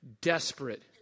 desperate